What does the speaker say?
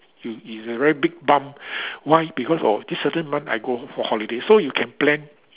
it is a very big bump why because of this certain month I go for holiday so you can plan